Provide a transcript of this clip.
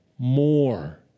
more